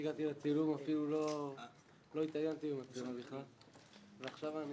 שהגעתי לצילום אפילו לא התעניינתי במצלמה בכלל ועכשיו אני